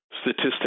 statistics